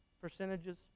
percentages